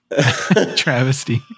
travesty